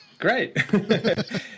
great